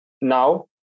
now